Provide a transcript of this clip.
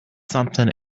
something